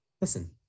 Listen